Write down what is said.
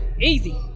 easy